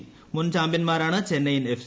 ിക് മുൻ ചാമ്പ്യൻമാരാണ് ചെന്നൈയിൻ എഫ്